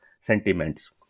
sentiments